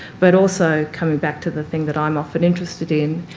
but also coming back to the thing that i'm often interested in,